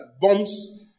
bombs